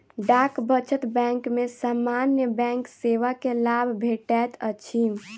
डाक बचत बैंक में सामान्य बैंक सेवा के लाभ भेटैत अछि